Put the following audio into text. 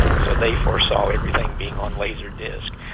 so they foresaw everything being on laserdisc.